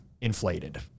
inflated